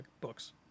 books